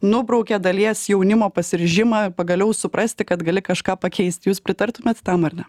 nubraukė dalies jaunimo pasiryžimą pagaliau suprasti kad gali kažką pakeisti jūs pritartumėt tam ar ne